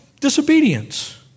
disobedience